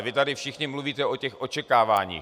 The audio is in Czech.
Vy tady všichni mluvíte o těch očekáváních.